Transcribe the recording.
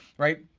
right?